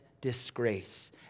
disgrace